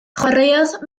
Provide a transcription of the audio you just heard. chwaraeodd